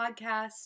podcast